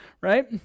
Right